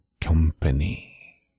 Company